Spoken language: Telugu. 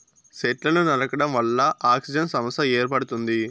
సెట్లను నరకడం వల్ల ఆక్సిజన్ సమస్య ఏర్పడుతుంది